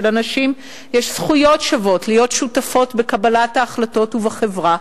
שלנשים יש זכויות שוות להיות שותפות בקבלת ההחלטות ובחברה,